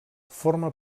forma